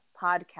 podcast